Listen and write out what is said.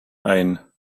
ein